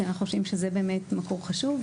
כי אנחנו חושבים שזה באמת מקור חשוב.